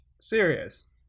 serious